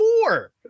four